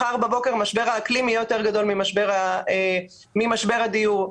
מחר בבוקר משבר האקלים יהיה יותר גדול ממשבר הדיור.